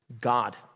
God